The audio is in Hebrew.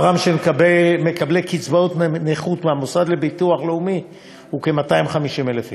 מספרם של מקבלי קצבאות נכות מהמוסד לביטוח לאומי הוא כ-250,000 איש.